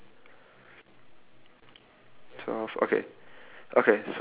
so let's describe all our differences lah so I'll just say ah if you want